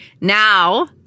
Now